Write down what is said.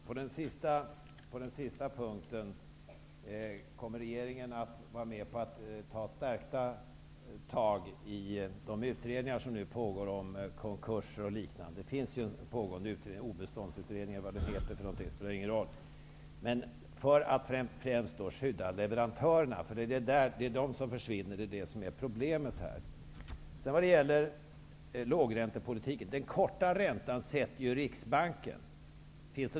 Herr talman! Med anledning av det sista statsrådet sade vill jag fråga: Kommer regeringen vara med på att ta stärkta tag i de utredningar som nu pågår om konkurser och liknande -- det finns pågående utredningar, obeståndsutredning och vad de nu heter -- för att skydda leverantörerna? För de försvinner ju, och det är det som är problemet. Beträffande lågräntepolitik: Den korta räntan sätter ju Riksbanken.